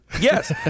yes